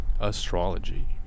astrology